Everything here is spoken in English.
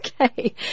okay